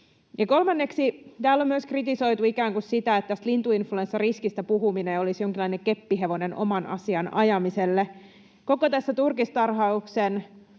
kolmanneksi: Täällä on myös kritisoitu sitä, että tästä lintuinfluenssariskistä puhuminen olisi jonkinlainen keppihevonen oman asian ajamiselle. Koko tässä turkistarhauksen